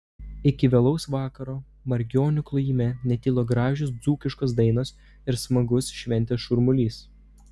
iki vėlaus vakaro margionių klojime netilo gražios dzūkiškos dainos ir smagus šventės šurmulys